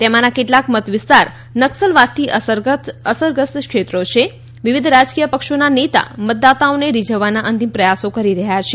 તેમના કેટલાક મત વિસ્તાર નકસલવાદથી અસરગ્રસ્ત ક્ષેત્રો વિવિધ રાજકીય પક્ષોના નેતા મતદાતાઓને રીઝવવાના અંતિમ પ્રયાસો કરી રહ્યા છે